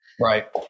Right